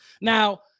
now